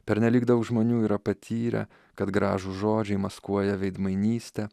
pernelyg daug žmonių yra patyrę kad gražūs žodžiai maskuoja veidmainystę